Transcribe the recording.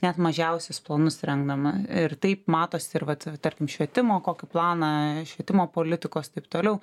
net mažiausius planus rengdama ir taip matosi ir vat tarkim švietimo kokį planą švietimo politikos taip toliau